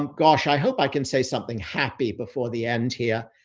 um gosh, i hope i can say something happy before the end here.